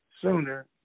sooner